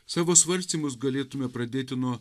savo svarstymus galėtume pradėti nuo